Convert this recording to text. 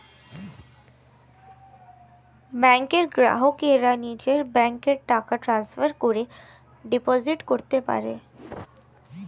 ব্যাংকের গ্রাহকরা নিজের ব্যাংকে টাকা ট্রান্সফার করে ডিপোজিট করতে পারে